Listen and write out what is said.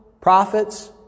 prophets